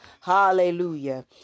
Hallelujah